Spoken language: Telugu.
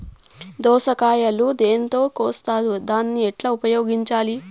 దోస కాయలు దేనితో కోస్తారు దాన్ని ఎట్లా ఉపయోగించాలి?